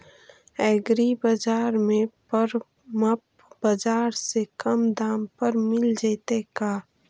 एग्रीबाजार में परमप बाजार से कम दाम पर मिल जैतै का?